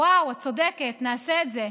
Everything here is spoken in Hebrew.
וואו, את צודקת, נעשה את זה.